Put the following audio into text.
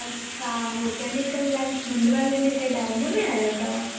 अछा हूअ chemicals lines मुंडवा लिमिटेड आहे उन में आहियो तव्हां